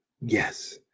Yes